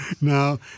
No